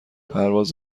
پرواز